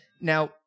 now